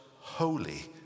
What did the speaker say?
Holy